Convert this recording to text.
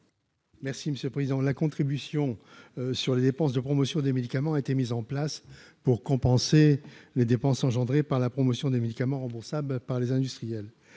Merci Monsieur le Président, la contribution sur les dépenses de promotion des médicaments a été mis en place pour compenser les dépenses engendrées par la promotion des médicaments remboursables par les industriels,